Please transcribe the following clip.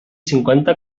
cinquanta